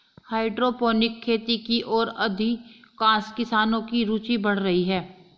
hydroponic खेती की ओर अधिकांश किसानों की रूचि बढ़ रही है